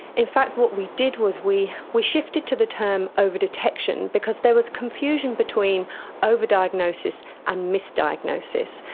in fact what we did was we we shifted to the term over-detection, because there was confusion between over-diagnosis and misdiagnosis.